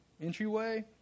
entryway